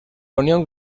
unión